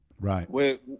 Right